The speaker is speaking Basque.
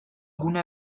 gune